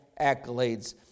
accolades